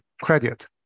credit